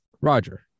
Roger